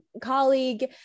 colleague